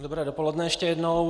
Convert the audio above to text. Dobré dopoledne ještě jednou.